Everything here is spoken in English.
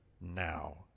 now